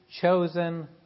chosen